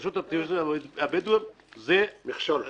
הרשות מהווה מכשול גדול.